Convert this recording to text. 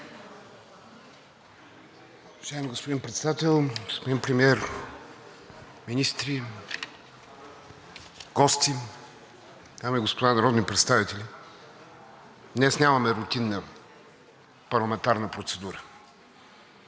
Уважаеми господин Председател, господин Премиер, министри, гости, дами и господа народни представители! Днес нямаме рутинна парламентарна процедура,